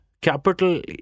capital